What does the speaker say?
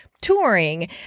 touring